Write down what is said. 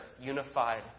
unified